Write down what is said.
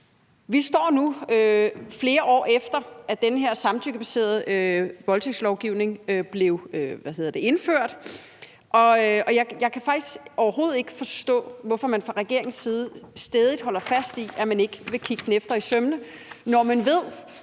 Vi står nu her, flere år efter at den her samtykkebaserede voldtægtslovgivning blev indført, og jeg kan faktisk overhovedet ikke forstå, hvorfor man fra regeringens side stædigt holder fast i, at man ikke vil kigge den efter i sømmene, når man ved,